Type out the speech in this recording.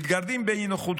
מתגרדים באי-נוחות,